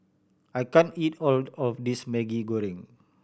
I can't eat all of this Maggi Goreng